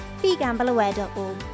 BeGambleAware.org